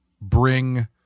bring